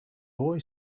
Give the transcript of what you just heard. boy